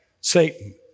Satan